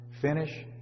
finish